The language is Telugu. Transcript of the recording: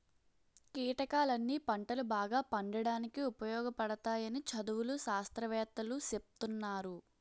కీటకాలన్నీ పంటలు బాగా పండడానికి ఉపయోగపడతాయని చదువులు, శాస్త్రవేత్తలూ సెప్తున్నారు